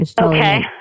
Okay